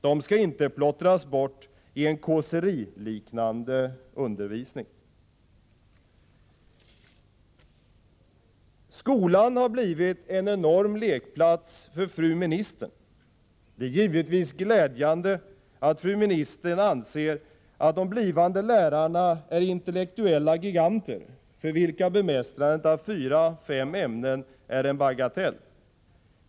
De skall inte plottras bort i en kåseriliknande undervisning.” ”Skolan har blivit en enorm lekplats för fru ministern. -——- Det är givetvis glädjande att fru ministern anser att de blivande lärarna är intellektuella giganter för vilka bemästrandet av fyra-fem ämnen är en bagatell.